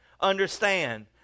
Understand